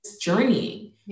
journeying